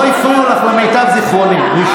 לא הפריעו לך, למיטב זיכרוני.